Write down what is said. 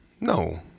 No